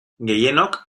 gehienok